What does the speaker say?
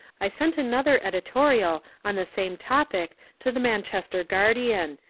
i sent another editorial on the same topic to the manchester guardian.